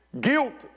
Guilty